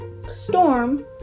Storm